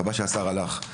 חבל שהשר הלך,